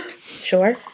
Sure